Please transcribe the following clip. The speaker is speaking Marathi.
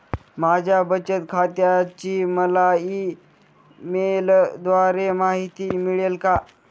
माझ्या बचत खात्याची मला ई मेलद्वारे माहिती मिळेल का?